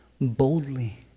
boldly